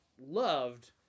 loved